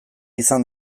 izan